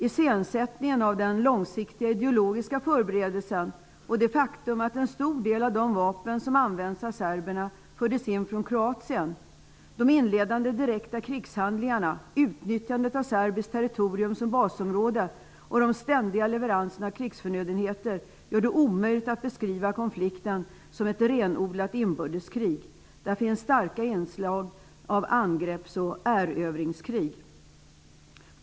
Iscensättningen av den långsiktiga ideologiska förberedelsen och det faktum att en stor del av de vapen som används av serberna förts in från Kroatien, de inledande direkta krigshandlingarna, utnyttjandet av serbiskt territorium som basområde och de ständiga leveranserna av krigsförnödenheter gör det omöjligt att beskriva konflikten som ett renodlat inbördeskrig. Där finns starka inslag av angreppsoch erövringskrig.